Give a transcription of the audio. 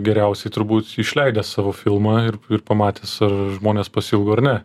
geriausiai turbūt išleidęs savo filmą ir ir pamatęs ar žmonės pasiilgo ar ne